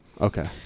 Okay